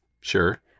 Sure